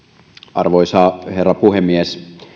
arvoisa herra puhemies